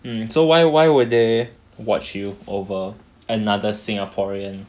mm so why why would they watch you over another singaporean